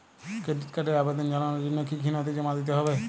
Credit কার্ডের আবেদন জানানোর জন্য কী কী নথি জমা দিতে হবে?